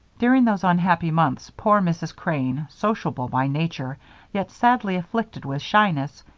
during those unhappy months poor mrs. crane, sociable by nature yet sadly afflicted with shyness,